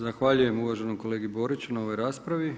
Zahvaljujem uvaženom kolegi Boriću na ovoj raspravi.